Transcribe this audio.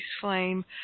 flame